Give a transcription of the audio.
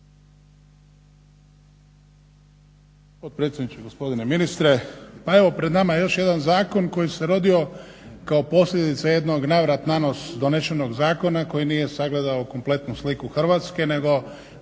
potpredsjedniče, gospodine ministre. Pa evo pred nama je još jedan zakon koji se rodio kao posljedica jednog na vrat na nos donesenog zakona koji nije sagledao kompletnu sliku Hrvatske nego